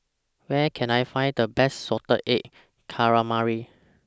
Where Can I Find The Best Salted Egg Calamari